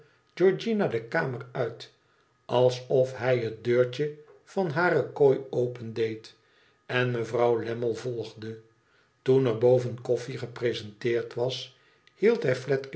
georgiana de kamer uit alsof hij het deurtje van hare kooi opendeed en mevrouw lammie volgde toen er boven koffie geprensenteerd was hield